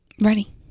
Ready